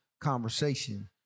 conversation